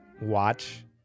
watch